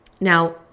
Now